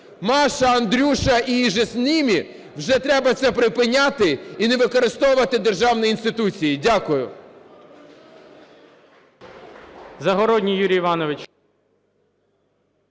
Маша, Андрюша і іже з ними – вже треба це припиняти і не використовувати держані інституції. Дякую.